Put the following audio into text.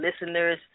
listeners